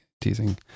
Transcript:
teasing